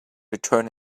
return